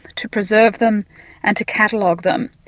to preserve them and to catalogue them.